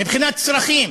מבחינת צרכים.